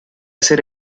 hacer